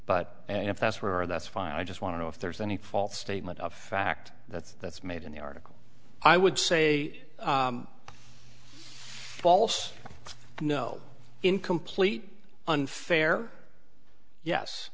but if that's were that's fine i just want to know if there's any false statement of fact that that's made in the article i would say false no incomplete unfair yes